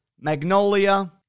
magnolia